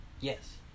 Yes